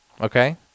okay